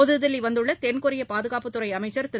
புதுதில்லி வந்துள்ள தென்கொரிய பாதுகாப்புத்துறை அமைச்சர் திரு